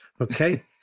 Okay